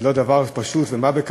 זה לא דבר פשוט, של מה בכך.